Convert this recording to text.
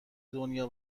دنیا